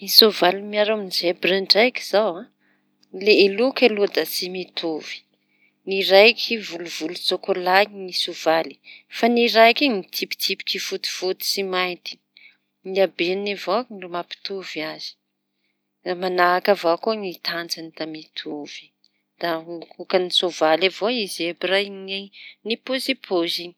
Sôvaly miaro amin'ny zebre ndraiky zao e! Le loko y aloha da tsy mitovy ny raiky volovolon-tsokolahy ny sôvaly fa ny raiky iñy mitsipitsipiky foty foty sy maïnty. Ny habeny avao no mampitovy azy da manahaka avao koa ny tanjany da mitovy; da ôka ny sôvaly avao i zebre iñy ny pôzipôziñy.